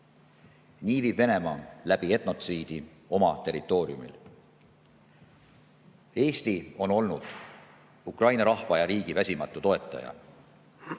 Nii viib Venemaa läbi etnotsiidi oma territooriumil. Eesti on olnud Ukraina rahva ja riigi väsimatu toetaja.